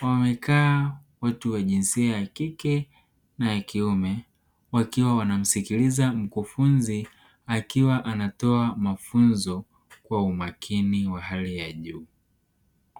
wamekaa watu wa jinsia ya kike na ya kiume wakiwa wanamsikiliza mkufunzi akiwa anatoa mafunzo kwa umakini wa hali ya juu.